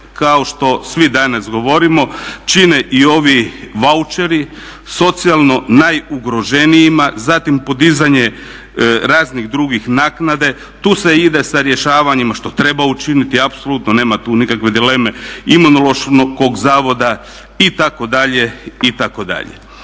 kao što svi danas govorimo čine i ovi vaucheri socijalno najugroženijima, zatim podizanje raznih drugih naknada. Tu se ide sa rješavanjima što treba učiniti apsolutno, nema tu nikakve dileme, Imunološkog zavoda itd., itd.